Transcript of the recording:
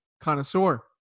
connoisseur